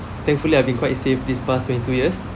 thankfully I've been quite safe this past twenty two years